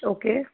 okay